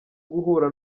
guhura